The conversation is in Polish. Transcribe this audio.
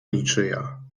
niczyja